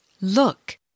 Look